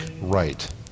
right